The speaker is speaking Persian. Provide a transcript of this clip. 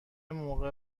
موقع